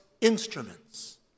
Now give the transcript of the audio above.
instruments